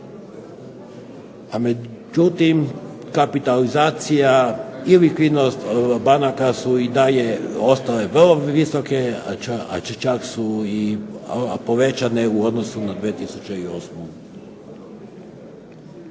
a međutim kapitalizacija i likvidnost banaka su i dalje ostale vrlo visoke, čak su i povećane u odnosu na 2008.